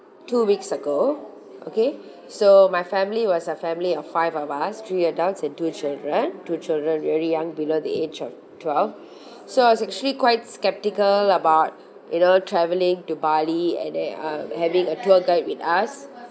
two weeks ago okay so my family was a family of five of us three adults and two children two children very young below the age of twelve so I was actually quite skeptical about you know travelling to bali and then um having a tour guide with us